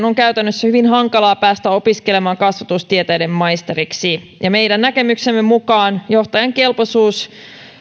on käytännössä hyvin hankalaa päästä opiskelemaan kasvatustieteiden maisteriksi meidän näkemyksemme mukaan johtajan kelpoisuus